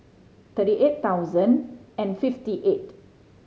thirty eight thousand and fifty eight